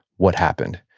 what happened?